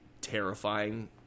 terrifying